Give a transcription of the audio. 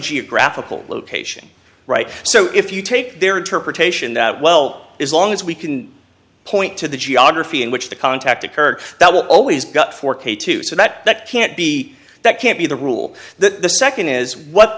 geographical location right so if you take their interpretation that well as long as we can point to the geography in which the contact occurred that will always got for k two so that that can't be that can't be the rule that the second is what